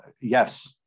Yes